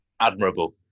admirable